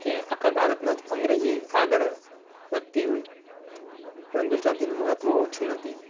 કે આખા ભારતમાં જ અંગ્રેજી આગળ વધતી હોય પણ ગુજરાતીનું મહત્ત્વ ઓછું નથી